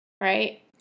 right